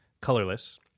colorless